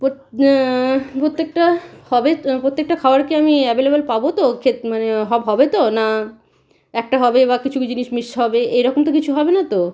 প্রত্য প্রত্যেকটা হবে প্রত্যেকটা খাবারকে আমি অ্যাবেলেবেল পাবো তো খে মানে হবে তো না একটা হবে বা কিছু কিছু জিনিস মিস হবে এরকম তো কিছু হবে না তো